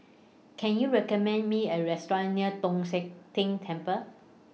Can YOU recommend Me A Restaurant near Tong Sian Tng Temple